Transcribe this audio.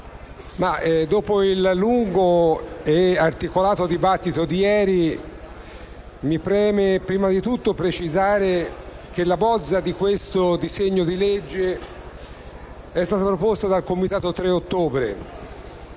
dopo il lungo e articolato dibattito di ieri mi preme prima di tutto precisare che la bozza di questo disegno di legge è stata predisposta dal Comitato 3 ottobre,